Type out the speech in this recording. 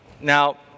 Now